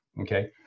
okay